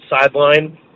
sideline